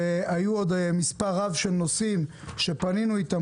היו עוד מספר רב של נושאים שפנינו איתם